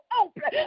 open